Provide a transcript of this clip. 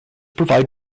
provide